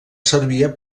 servia